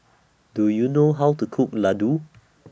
Do YOU know How to Cook Laddu